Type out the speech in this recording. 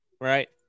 right